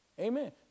Amen